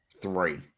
three